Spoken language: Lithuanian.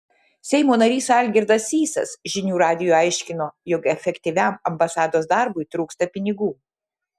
seimo narys algirdas sysas žinių radijui aiškino jog efektyviam ambasados darbui trūksta pinigų